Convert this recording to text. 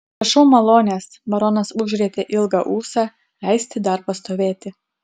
prašau malonės baronas užrietė ilgą ūsą leisti dar pastovėti